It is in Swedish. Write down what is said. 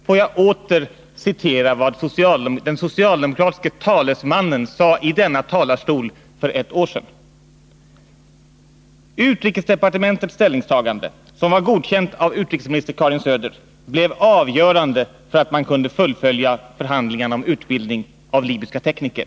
Får jag åter citera vad den socialdemokratiske talesmannen sade i denna talarstol för ett år sedan: ”Utrikesdepartementets ställningstagande, som var godkänt av utrikesminister Karin Söder, blev avgörande för att man kunde fullfölja förhandlingarna om utbildning av libyska tekniker.